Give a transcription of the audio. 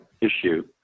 issue